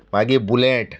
मागीर बुलेट